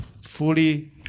fully